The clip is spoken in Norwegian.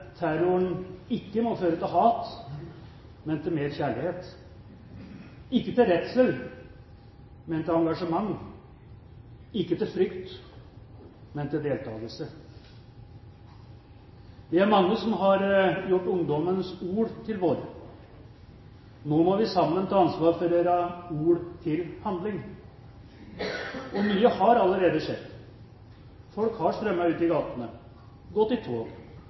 terroren ikke må føre til hat, men til mer kjærlighet, ikke til redsel, men til engasjement, ikke til frykt, men til deltakelse. Vi er mange som har gjort ungdommens ord til våre. Nå må vi sammen ta ansvar for å gjøre ord til handling. Mye har allerede skjedd. Folk har strømmet ut i gatene, gått i tog,